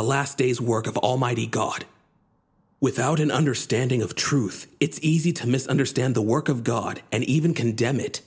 the last days work of almighty god without an understanding of truth it's easy to misunderstand the work of god and even condemn it